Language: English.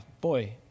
Boy